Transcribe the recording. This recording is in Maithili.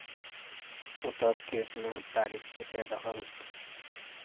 कोर्टक केसमे तारीख दैते रहल